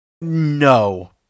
No